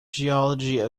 geology